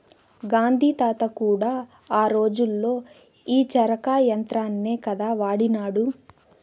గాంధీ తాత కూడా ఆ రోజుల్లో ఈ చరకా యంత్రాన్నే కదా వాడినాడు